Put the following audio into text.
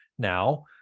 now